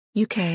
UK